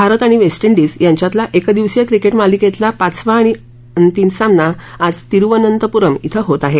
भारत आणि West Indies यांच्यातला एकदिवसीय क्रिकेट मालिकेतला पाचवा आणि अंतिम सामना आज तिरुवअनंतप्रम िंग होत आहे